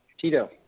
Tito